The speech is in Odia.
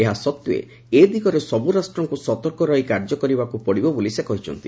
ଏହାସତ୍ତ୍ୱେ ଏ ଦିଗରେ ସବୁ ରାଷ୍ଟ୍ରଙ୍କୁ ସତର୍କ ରହି କାର୍ଯ୍ୟ କରିବାକୁ ପଡ଼ିବ ବୋଲି ସେ କହିଛନ୍ତି